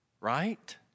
Right